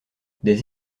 des